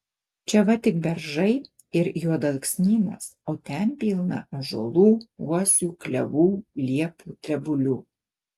čia va tik beržai ir juodalksnynas o ten pilna ąžuolų uosių klevų liepų drebulių